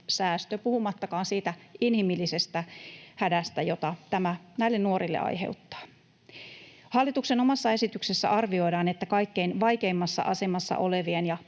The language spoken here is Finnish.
puhumattakaan siitä inhimillisestä hädästä, jota tämä näille nuorille aiheuttaa. Hallituksen omassa esityksessä arvioidaan, että kaikkein vaikeimmassa asemassa olevien